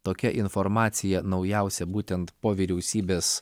tokia informacija naujausia būtent po vyriausybės